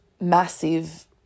massive